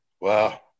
Wow